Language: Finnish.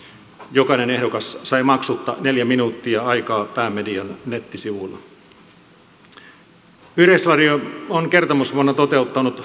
jokainen ehdokas sai maksutta neljä minuuttia aikaa päämedian nettisivuilla yleisradio on kertomusvuonna toteuttanut